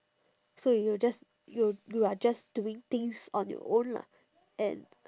so you are just you you are just doing things on your own lah and